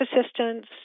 assistance